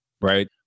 right